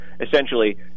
essentially